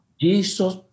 Jesus